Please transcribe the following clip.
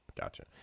Gotcha